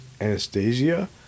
anastasia